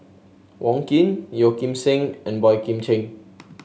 Wong Keen Yeo Kim Seng and Boey Kim Cheng